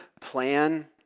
plan